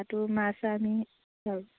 তাতো মাছ আমি